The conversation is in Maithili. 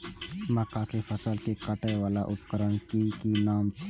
मक्का के फसल कै काटय वाला उपकरण के कि नाम छै?